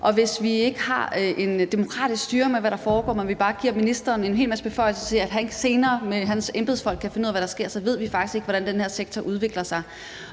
og hvis vi ikke har en demokratisk styring med, hvad der foregår, man bare giver ministeren en hel masse beføjelser og siger, at han senere med sine embedsfolk kan finde ud af, hvad der sker, så ved vi faktisk ikke, hvordan den her sektor udvikler sig.